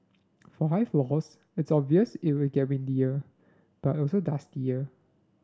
for high floors it's obvious it will get windier but also dustier